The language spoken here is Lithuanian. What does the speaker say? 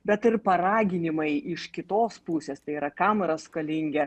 bet ir paraginimai iš kitos pusės tai yra kam yra skolingi